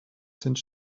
since